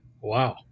Wow